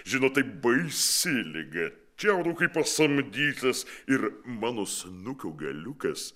žinot tai baisi liga čiaudau kaip pasamdytas ir mano snukio galiukas